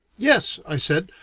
yes, i said,